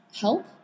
help